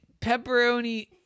pepperoni-